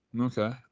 Okay